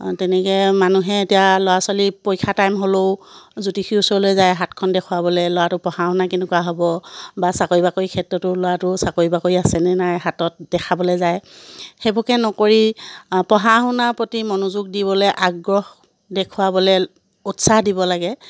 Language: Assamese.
তেনেকৈ মানুহে এতিয়া ল'ৰা ছোৱালী পৰীক্ষা টাইম হ'লেও জ্যোতিষি ওচৰলৈ যায় হাতখন দেখুৱাবলৈ ল'ৰাটোৰ পঢ়া শুনা কেনেকুৱা হ'ব বা চাকৰি বাকৰি ক্ষেত্ৰতো ল'ৰাটোৰ চাকৰি বাকৰি আছে নে নাই হাতত দেখাবলৈ যায় সেইবোৰকে নকৰি পঢ়া শুনাৰ প্ৰতি মনোযোগ দিবলৈ আগ্ৰহ দেখুওৱাবলৈ উৎসাহ দিব লাগে